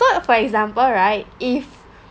so for example right if